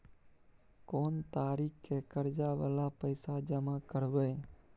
कोन तारीख के कर्जा वाला पैसा जमा करबे?